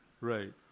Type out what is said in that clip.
Right